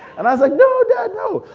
and i was like no, dad no!